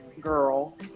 girl